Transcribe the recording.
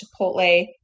Chipotle